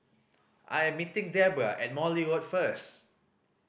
I am meeting Debbra at Morley Road first